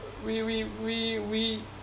we we we we